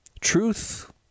Truth